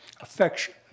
affection